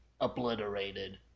obliterated